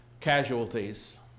casualties